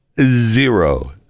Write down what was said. zero